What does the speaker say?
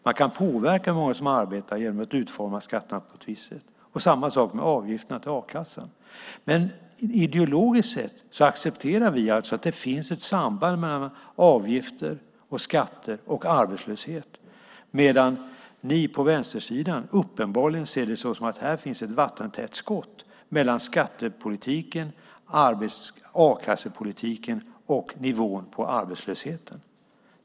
Man kan påverka hur många som arbetar genom att utforma skatterna på ett visst sätt. Detsamma gäller avgifterna för a-kassan. Ideologiskt sett accepterar vi att det finns ett samband mellan avgifter, skatter och arbetslöshet medan ni på vänstersidan uppenbarligen ser det som att det finns ett vattentätt skott mellan skattepolitiken, a-kassepolitiken och nivån på arbetslösheten.